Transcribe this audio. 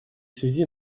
связи